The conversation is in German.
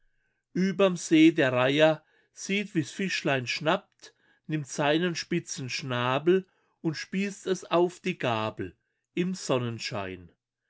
überm see der reiher sieht wie's fischlein schnappt nimmt seinen spitzen schnabel und spießt es auf die gabel im sonnenschein